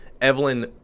evelyn